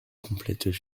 complètent